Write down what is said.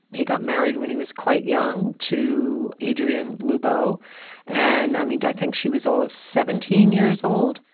he got married when he was quite young, too. adrian lupo and i mean, i think she was all of seventeen years old.